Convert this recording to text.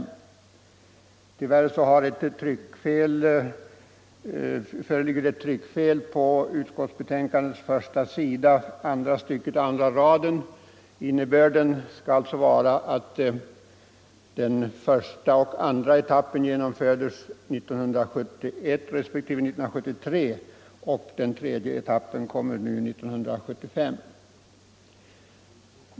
— Det har tyvärr blivit ett tryckfel i utskottets betänkande, första sidan, andra stycket, andra raden. Innebörden skall där vara att första och andra etapperna genomfördes 1971 respektive 1973 och att den tredje etappen kommer 1975.